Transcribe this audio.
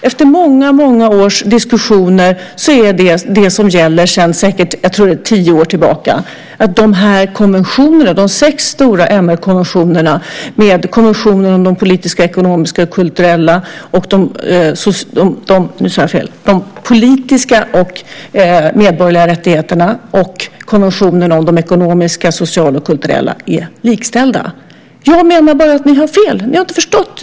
Efter väldigt många års diskussioner gäller sedan säkert - tror jag - tio år tillbaka att de sex stora MR-konventionerna med konventionen om de politiska och medborgerliga rättigheterna och konventionen om de ekonomiska, sociala och kulturella rättigheterna är likställda. Jag menar bara att ni har fel. Ni har inte förstått.